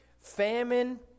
famine